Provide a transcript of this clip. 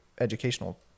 educational